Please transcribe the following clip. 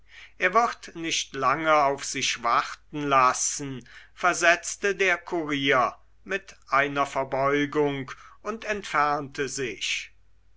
er wird nicht lange auf sich warten lassen versetzte der kurier mit einer verbeugung und entfernte sich